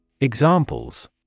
Examples